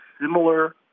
similar